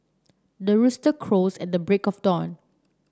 the rooster crows at the break of dawn